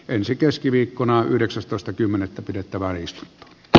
ensi keskiviikkona yhdeksästoista kymmenettä pidettävä risto j